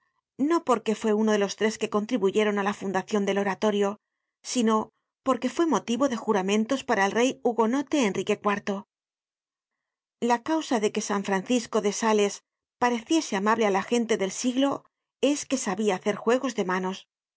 no porque fue uno de los tres que contribuyeron á la fundacion del oratorio sino porque fue motivo de juramentos para el rey hugonote enrique iv la causa de que san francisco de sales pareciese amable á la gente del siglo es que sabia hacer juegos de manos